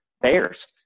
bears